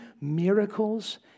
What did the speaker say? miracles